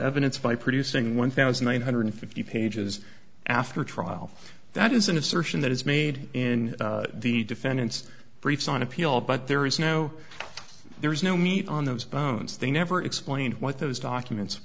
evidence by producing one thousand one hundred fifty pages after a trial that is an assertion that is made in the defendant's briefs on appeal but there is no there is no meat on those bones they never explained what those documents